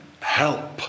Help